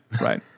right